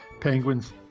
penguins